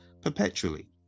perpetually